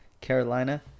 Carolina